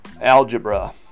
algebra